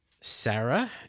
Sarah